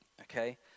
Okay